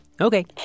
Okay